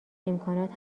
امکانات